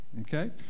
Okay